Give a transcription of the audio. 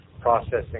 processing